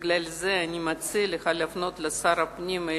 לכן אני מציעה לך לפנות לשר הפנים,